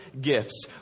gifts